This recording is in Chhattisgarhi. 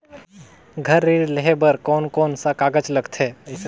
घर ऋण लेहे बार कोन कोन सा कागज लगथे?